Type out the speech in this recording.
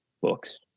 books